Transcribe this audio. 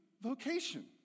vocation